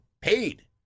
paid